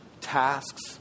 tasks